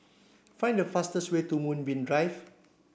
find the fastest way to Moonbeam Drive